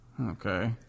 Okay